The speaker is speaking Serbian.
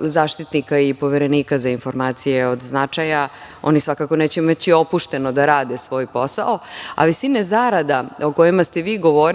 Zaštitnika i Poverenika za informacije od javnog značaja, oni svakako neće moći opušteno da rade svoj posao. Visina zarada o kojima ste vi govorili